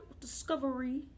discovery